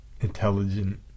intelligent